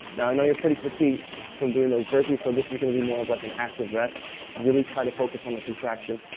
now i know you're pretty fatigued from doing those burpees, so this is gonna be more of like an active rest. so really try to focus on the contraction.